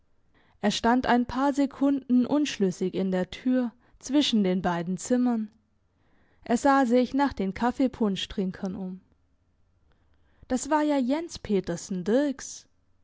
er stand ein paar sekunden unschlüssig in der tür zwischen den beiden zimmern er sah sich nach den kaffeepunschtrinkern um das war ja jens petersen dirks